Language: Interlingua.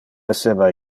esseva